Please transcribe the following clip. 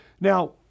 Now